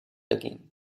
again